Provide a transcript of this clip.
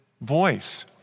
voice